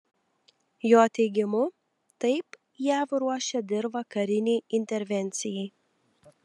jo teigimu taip jav ruošia dirvą karinei intervencijai